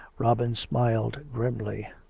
robin smiled grimly.